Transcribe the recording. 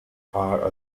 are